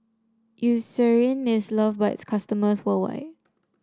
Eucerin is loved by its customers worldwide